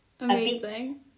Amazing